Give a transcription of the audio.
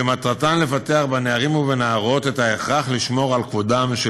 שמטרתן לפתח בנערים ובנערות את ההכרח לשמור על כבודם של